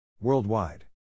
Worldwide